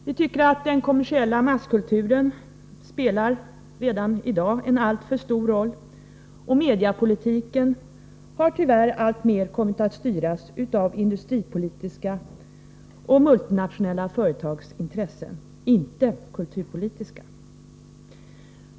Vi tycker att den kommersiella masskulturen redan i dag spelar en alltför stor roll, och mediapolitiken har tyvärr alltmer kommit att styras av industripolitiska och av multinationella företags intressen — inte av kulturpolitiska sådana.